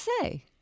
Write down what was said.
say